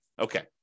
Okay